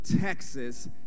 Texas